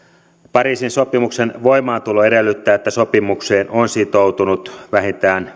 pariisin sopimuksen voimaantulo edellyttää että sopimukseen on sitoutunut vähintään